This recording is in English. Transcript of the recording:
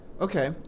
Okay